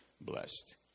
Blessed